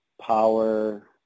Power